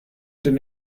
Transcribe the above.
den